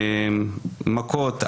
מכות,